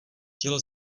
tělo